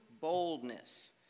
boldness